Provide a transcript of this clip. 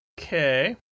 Okay